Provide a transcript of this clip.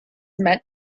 met